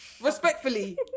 respectfully